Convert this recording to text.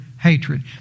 hatred